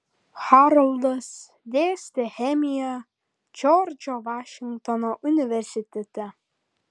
haroldas dėstė chemiją džordžo vašingtono universitete